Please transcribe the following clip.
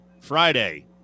Friday